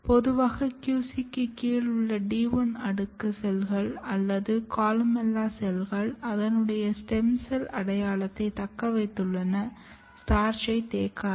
பொதுவாக QCக்கு கீழ் உள்ள D1 அடுக்கு செல்கள் அல்லது கொலுமெல்லா செல்கள் அதனுடைய ஸ்டெம் செல் அடையாளத்தை தக்க வைத்துள்ளன ஸ்டார்ச்சை தேக்காது